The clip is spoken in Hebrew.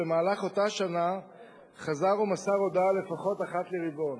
במהלך אותה שנה חזר ומסר הודעה לפחות אחת לרבעון,